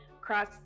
cross